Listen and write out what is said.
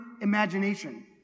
imagination